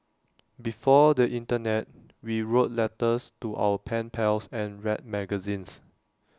before the Internet we wrote letters to our pen pals and read magazines